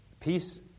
peace